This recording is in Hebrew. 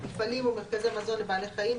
מפעלים ומרכזי מזון לבעלי חיים,